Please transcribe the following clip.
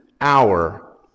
hour